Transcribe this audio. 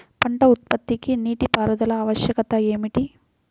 పంట ఉత్పత్తికి నీటిపారుదల ఆవశ్యకత ఏమిటీ?